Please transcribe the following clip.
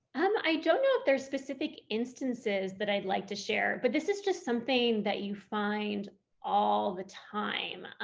um i don't know if there's specific instances that i'd like to share but this is just something that you find all the time.